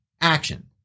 action